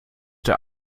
der